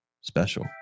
special